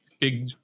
big